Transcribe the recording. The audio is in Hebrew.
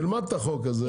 נלמד את החוק הזה,